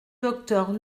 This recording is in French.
docteur